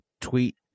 tweet